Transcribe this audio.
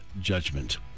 judgment